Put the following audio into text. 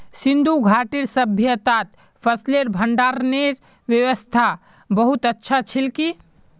सिंधु घाटीर सभय्तात फसलेर भंडारनेर व्यवस्था बहुत अच्छा छिल की